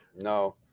No